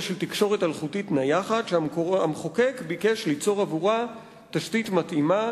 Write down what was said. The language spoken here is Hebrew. של תקשורת אלחוטית נייחת שהמחוקק ביקש ליצור עבורה תשתית מתאימה,